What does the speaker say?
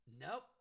Nope